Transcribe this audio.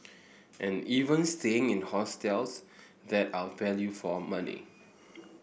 and even staying in hostels that are value for money